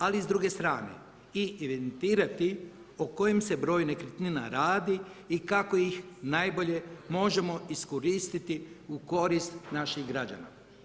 Ali s druge strane i evidentirati o kojem se broju nekretnina radi i kako ih najbolje možemo iskoristiti u korist naših građana.